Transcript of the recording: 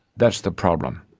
that's the problem.